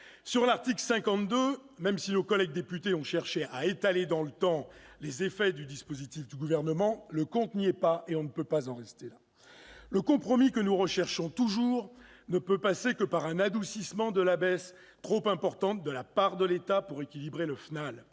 de l'article 52, et même si nos collègues députés ont cherché à étaler dans le temps les effets du dispositif du Gouvernement, le compte n'y est pas. On ne peut en rester là. Le compromis que nous recherchons toujours ne peut passer que par un adoucissement de la baisse trop importante de la part de l'État pour équilibrer le FNAL.